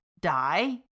Die